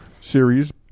series